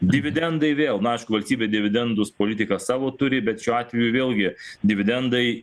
dividendai vėl nu aišku valstybė dividendus politiką savo turi bet šiuo atveju vėlgi dividendai